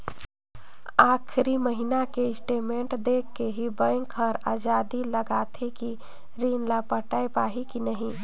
आखरी महिना के स्टेटमेंट देख के ही बैंक हर अंदाजी लगाथे कि रीन ल पटाय पाही की नही